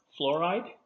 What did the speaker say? fluoride